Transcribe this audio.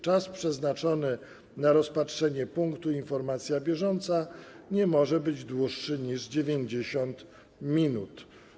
Czas przeznaczony na rozpatrzenie punktu: Informacja bieżąca nie może być dłuższy niż 90 minut.